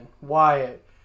Wyatt